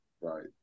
right